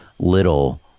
little